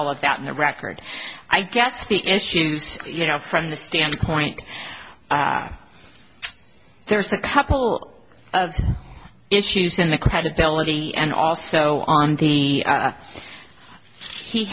all of that in the record i guess the issues you know from the standpoint there's a couple of issues in the credibility and also on the he h